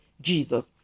Jesus